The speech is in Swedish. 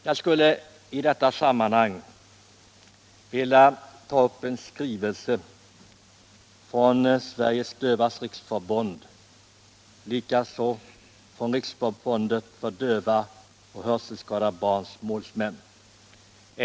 Jag skulle i detta sammanhang vilja ta upp en skrivelse från Sveriges dövas riksförbund liksom från Riksförbundet för döva och hörselskadade barns målsmän.